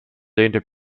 lehnte